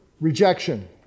rejection